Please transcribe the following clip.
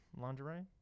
Lingerie